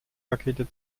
pakete